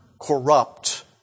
corrupt